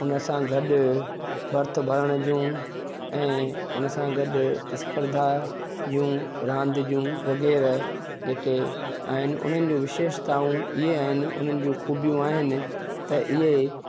उनसां गॾु भर्त भरण जूं ऐं उनसां गॾु स्पर्धायूं रांदि जूं वग़ैरह जेके आहिनि उन्हनि जूं विशेषताऊं इहा आहिनि उन्हनि जूं ख़ूबियूं आहिनि त इएं